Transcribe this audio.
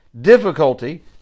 Difficulty